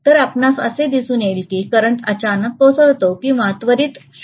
तर आपणास असे दिसून येईल की करंट अचानक कोसळतो किंवा त्वरीत 0 वर होतो